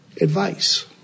advice